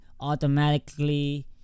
automatically